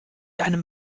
einem